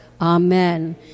Amen